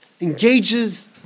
engages